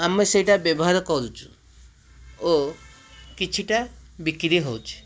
ଆମେ ସେଇଟା ବ୍ୟବହାର କରୁଛୁ ଓ କିଛିଟା ବିକ୍ରି ହେଉଛି